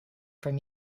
from